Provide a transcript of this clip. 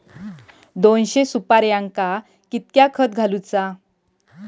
दोनशे सुपार्यांका कितक्या खत घालूचा?